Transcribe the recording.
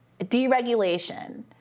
deregulation